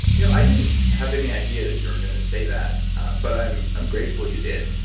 you know i didn't have any idea that you were going to say that but i'm i'm grateful you did